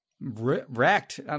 wrecked